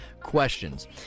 questions